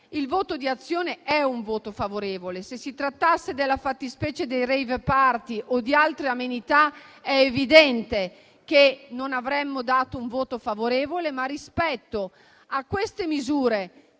il voto di Azione è favorevole. Se si trattasse della fattispecie dei *rave party* o di altre amenità, è evidente che non daremmo un voto favorevole. Rispetto però a queste misure,